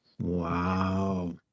Wow